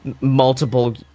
multiple